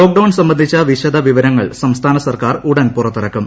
lockdown സംബന്ധിച്ച വിശദ വിവരങ്ങൾ ് സംസ്ഥാന സർക്കാർ ഉടൻ പുറത്തിറക്കും